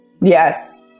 Yes